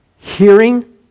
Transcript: hearing